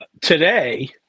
Today